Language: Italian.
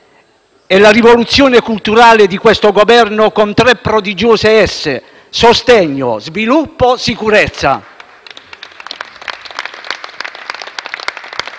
È la rivoluzione culturale di questo Governo con tre prodigiose S: sostegno, sviluppo e sicurezza.